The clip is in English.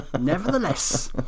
nevertheless